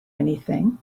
anything